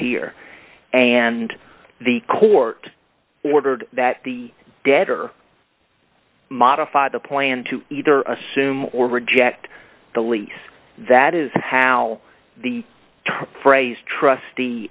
here and the court ordered that the debtor modify the plan to either assume or reject the lease that is how the phrase trustee